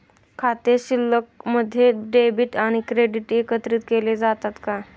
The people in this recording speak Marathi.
खाते शिल्लकमध्ये डेबिट आणि क्रेडिट एकत्रित केले जातात का?